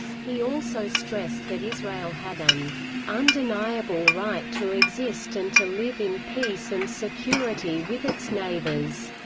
he also stressed that israel had an undeniable right to exist and to live in peace and security with its neighbors,